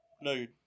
No